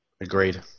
Agreed